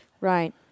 Right